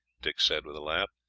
dick said with a laugh.